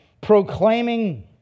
proclaiming